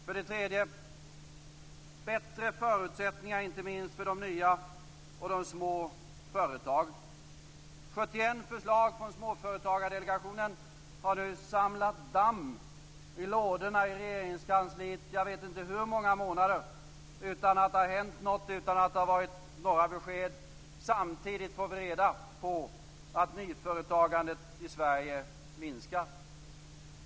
För det tredje: bättre förutsättningar inte minst för de nya och små företagen. 71 förslag från Småföretagardelegationen har nu samlat damm i lådorna i Regeringskansliet i jag vet inte hur många månader utan att det har hänt något, utan att det har varit några besked. Samtidigt får vi reda på att nyföretagandet i Sverige har minskat.